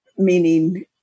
Meaning